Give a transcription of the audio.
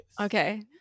okay